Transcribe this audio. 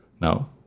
Now